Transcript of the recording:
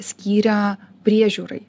skiria priežiūrai